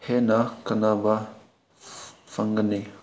ꯍꯦꯟꯅ ꯀꯥꯟꯅꯕ ꯐꯪꯒꯅꯤ